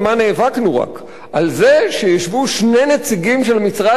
על זה שישבו שני נציגים של המשרד להגנת הסביבה.